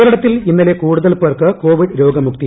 കേരളത്തിൽ ഇന്നലെ കൂടുതൽ പേർക്ക് കോവിഡ് രോഗമുക്തി